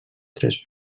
tres